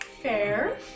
Fair